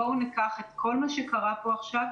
בואו ניקח את כל מה שקרה פה עכשיו,